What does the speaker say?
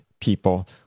people